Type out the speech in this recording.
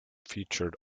featured